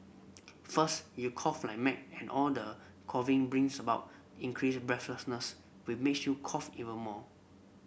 first you cough like mad and all the coughing brings about increased breathlessness we makes you cough even more